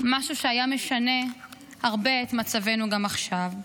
משהו שהיה משנה הרבה את מצבנו גם עכשיו.